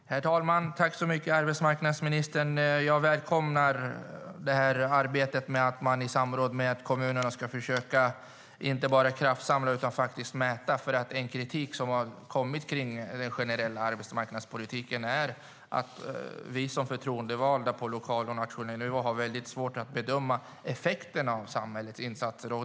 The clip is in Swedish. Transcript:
Herr talman! Jag vill tacka arbetsmarknadsministern. Jag välkomnar att ni i samråd med kommunerna ska försöka inte bara kraftsamla utan faktiskt mäta. Kritik mot den generella arbetsmarknadspolitiken är att vi som förtroendevalda på lokal och nationell nivå har svårt att bedöma effekterna av samhällets insatser.